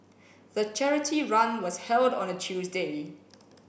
the charity run was held on a Tuesday